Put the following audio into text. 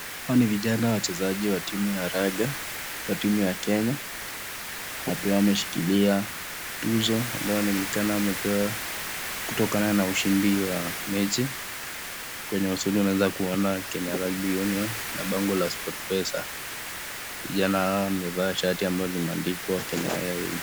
Hawa ni vijana wachezaji wa timu ya raga ya timu ya Kenya. Pia wameshikilia tuzo ambayo inaonekana wamepewa kutokana na ushindi wa mechi. Kwenye uso unaweza kuona Kenya Rugby Union na bango la Sport Pesa . Vijana hawa wamevaa shati ambayo imeandikwa Kenya Airways .